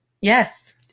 Yes